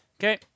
Okay